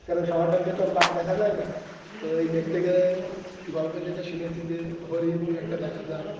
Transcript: কেননা সবার ভাগ্যে তো আর বাঘ দেখা যায় না তো এই দেখতে গেলে গল্পের যেটা শুনেছি যে হরিণ দুই একটা দেখা যায়